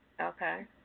Okay